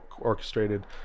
orchestrated